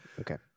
okay